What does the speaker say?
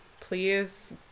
please